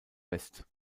west